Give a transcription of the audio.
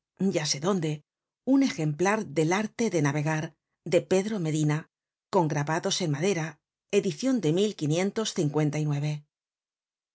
ya sé dónde un ejemplar del arte de navegar de pedro medina con grabados en madera edicion de